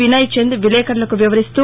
వినయ్ చంద్ విలేకర్లకు వివరిస్తూ